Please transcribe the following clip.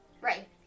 Right